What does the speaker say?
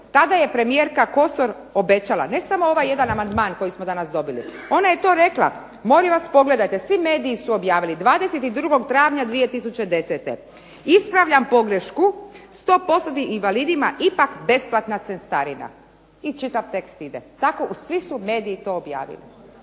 tada je premijerka Kosor obećala ne samo ovaj jedan amandman koji smo danas dobili, ona je to rekla. Molim vas pogledajte, svi mediji su objavili, 22. travnja 2010. "Ispravljam pogrešku, 100%-nim invalidima ipak besplatna cestarina." I čitav tekst ide, tako svi su mediji to objavili.